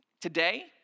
today